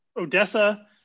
Odessa